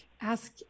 ask